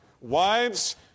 Wives